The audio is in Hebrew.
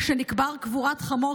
שנקבר קבורת חמור,